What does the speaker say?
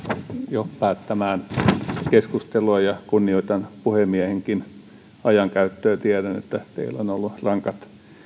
jo päättämään keskustelua ja kunnioitan puhemiehenkin ajankäyttöä tiedän että teillä on ollut rankat